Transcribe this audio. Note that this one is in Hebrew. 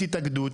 תתאגדו,